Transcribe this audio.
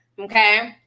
Okay